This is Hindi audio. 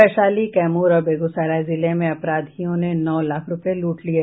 वैशाली कैमूर और बेगूसराय जिले में अपराधियों ने नौ लाख रूपये लूट लिये